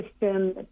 system